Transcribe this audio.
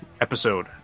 episode